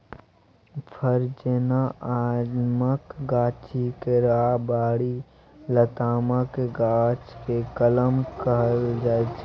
फर जेना आमक गाछी, केराबारी, लतामक गाछी केँ कलम कहल जाइ छै